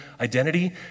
identity